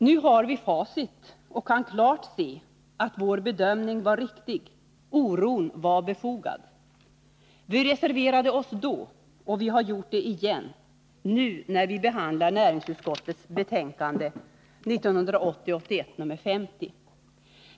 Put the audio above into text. Nu har vi facit och kan klart se att vår bedömning var riktig. Oron var befogad. Vi reserverade oss då, och vi gör det igen nu, när vi behandlar näringsutskottets betänkande 1980/81:50.